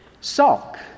Sulk